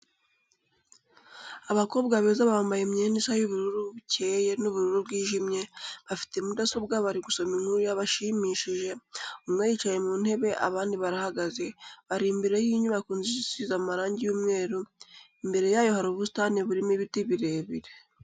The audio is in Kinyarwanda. Abakobwa beza bambaye imyenda isa y'ubururu bucyeye n'ubururu bwijimye, bafite mudasobwa bari gusoma inkuru yabashimishije , umwe yicaye mu ntebe abandi barahagaze, bari imbere y'inybako nziza isize amarangi y'umweru imbere yayo hari ubusitani burimo ibiti birebire.